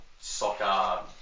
soccer